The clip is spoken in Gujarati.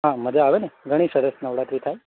હા મજા આવે ને ઘણી સરસ નવરાત્રિ થાય